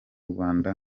rwanda